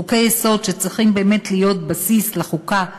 חוקי-יסוד שצריכים באמת להיות בסיס לחוקה,